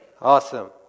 Awesome